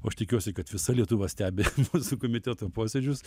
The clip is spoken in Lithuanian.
o aš tikiuosi kad visa lietuva stebi finansų komiteto posėdžius